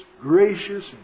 gracious